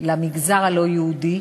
למגזר הלא-יהודי,